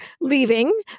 leaving